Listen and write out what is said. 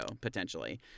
potentially